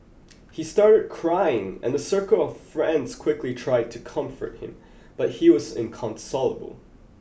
he started crying and a circle of friends quickly tried to comfort him but he was inconsolable